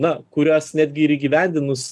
na kurias netgi ir įgyvendinus